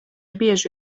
bieži